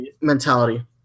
mentality